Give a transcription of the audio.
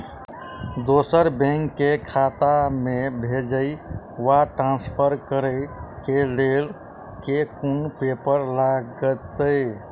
दोसर बैंक केँ खाता मे भेजय वा ट्रान्सफर करै केँ लेल केँ कुन पेपर लागतै?